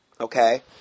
Okay